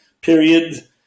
period